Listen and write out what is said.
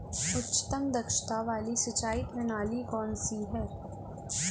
उच्चतम दक्षता वाली सिंचाई प्रणाली कौन सी है?